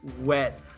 wet